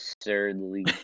absurdly